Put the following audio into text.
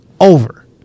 over